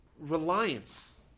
reliance